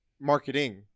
marketing